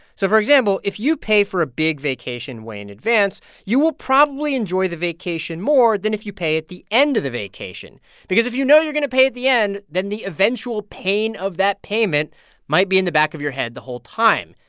so for example, if you pay for a big vacation way in advance, you will probably enjoy the vacation more than if you pay at the end of the vacation because if you know you're going to pay at the end, then the eventual pain of that payment might be in the back of your head the whole time.